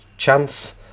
Chance